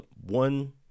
one